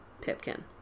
Pipkin